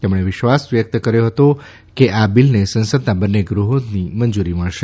તેમણે વિશ્વાસ વ્યક્ત કર્યો હતો કે આ બિલને સંસદના બંને ગૃહોથી મંજૂરી મળશે